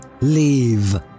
leave